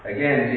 Again